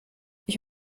ich